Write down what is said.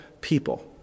people